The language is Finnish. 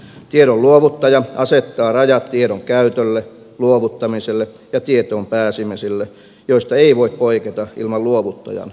tiedon luovuttaja asettaa rajat tiedon käytölle luovuttamiselle ja tietoon pääsemiselle joista ei voi poiketa ilman luovuttajan suostumusta